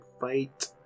fight